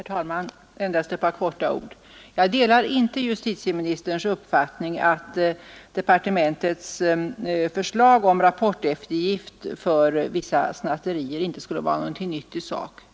Herr talman! Endast några få ord. Jag delar inte justitieministerns uppfattning att departementets förslag om rapporteftergift för vissa snatterier inte skulle vara något nytt i sak.